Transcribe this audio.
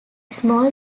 small